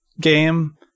game